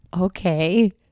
Okay